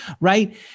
right